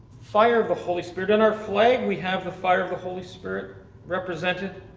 fire of the holy spirit. in our flag we have the fire of the holy spirit represented.